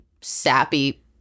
sappy